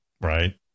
Right